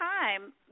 time